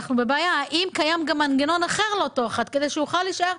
האם קיים גם מנגנון אחר כדי שהדייר יוכל להישאר?